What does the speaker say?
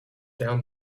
down